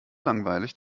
langweilig